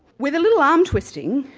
with a little arm-twisting,